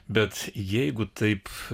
bet jeigu taip